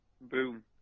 Boom